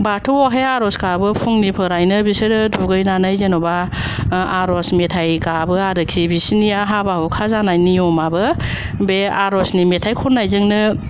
बाथौआवहाय आर'ज गाबो फुंनिफ्रायनो बिसोरो दुगैनानै जेन'बा ओ आर'ज मेथाइ गाबो आरोखि बिसिनिया हाबा हुखा जानाय नियमाबो बे आर'जनि मेथाइ खननायजोंनो